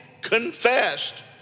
confessed